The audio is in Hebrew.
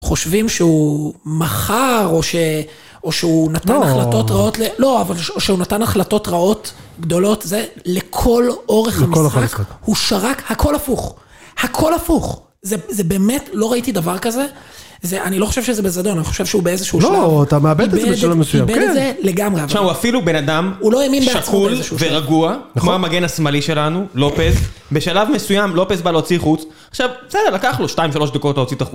חושבים שהוא מכר, או שהוא נתן החלטות רעות... לא, אבל כשהוא נתן החלטות רעות גדולות, זה, לכל אורך המשחק, הוא שרק הכל הפוך. הכל הפוך. זה באמת, לא ראיתי דבר כזה. אני לא חושב שזה בזדון, אני חושב שהוא באיזשהו שלב. לא, אתה מאבד את זה בשלב מסוים. איבד את זה לגמרי. כן. שמע, הוא אפילו בן אדם שקול ורגוע, כמו המגן השמאלי שלנו, לופז. בשלב מסוים, לופז בא להוציא חוץ. עכשיו, בסדר, לקח לו שתיים, שלוש דקות, להוציא את החוץ.